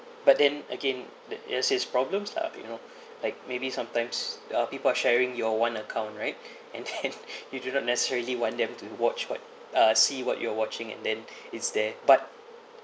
but then again then it has its problems lah you know like maybe sometimes uh people are sharing your one account right and then you do not necessarily want them to watch what uh see what you're watching and then is there but